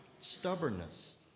Stubbornness